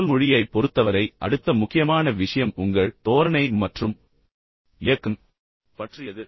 உடல் மொழியைப் பொறுத்தவரை அடுத்த முக்கியமான விஷயம் உங்கள் தோரணை மற்றும் இயக்கம் பற்றியது